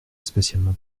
spécialement